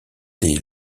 des